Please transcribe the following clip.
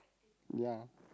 ya